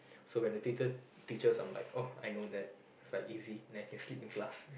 so when the teacher teaches I'm like oh I know that is like easy then I can sleep in class